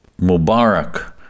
Mubarak